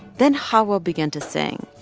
then xawa began to sing.